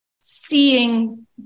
seeing